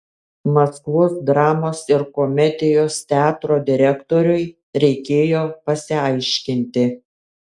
maskvos dramos ir komedijos teatro direktoriui reikėjo pasiaiškinti